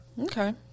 okay